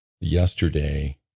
yesterday